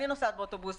אני נוסעת באוטובוסים,